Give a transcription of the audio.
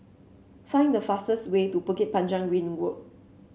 find the fastest way to Bukit Panjang Ring Road